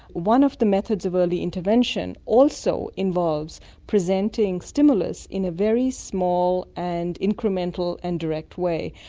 one of the methods of early intervention also involves presenting stimulus in a very small and incremental and direct way.